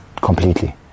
Completely